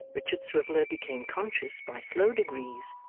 richard swiveller became conscious, by slow degrees,